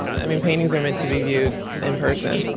i mean paintings are meant to be viewed in person.